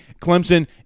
Clemson